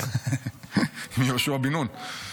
עם יהושע בן נון.